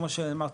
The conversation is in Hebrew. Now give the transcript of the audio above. כמו שאמרת,